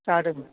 जादों